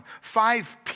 five